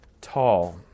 tall